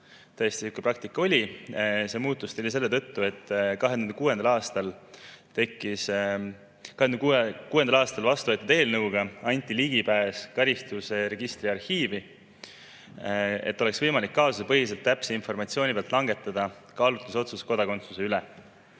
selline praktika oli. See muutus selle tõttu, et 2006. aastal vastu võetud eelnõuga anti ligipääs karistusregistri arhiivi, et oleks võimalik kaasusepõhiselt, täpse informatsiooni pealt langetada kaalutlusotsus kodakondsuse